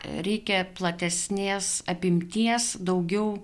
reikia platesnės apimties daugiau